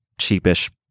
cheapish